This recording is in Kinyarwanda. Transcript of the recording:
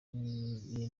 n’ibindi